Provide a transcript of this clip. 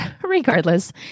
regardless